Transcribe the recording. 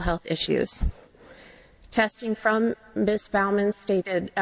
health issues testing from